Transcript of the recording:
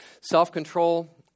Self-control